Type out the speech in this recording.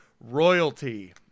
royalty